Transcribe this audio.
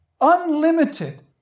unlimited